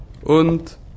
Und